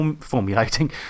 formulating